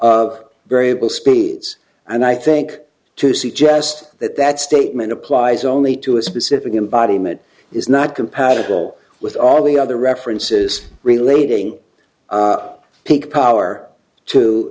of variable speeds and i think to suggest that that statement applies only to a specific embodiment is not compatible with all the other references relating peak power to